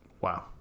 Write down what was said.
Wow